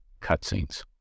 cutscenes